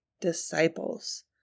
disciples